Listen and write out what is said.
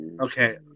Okay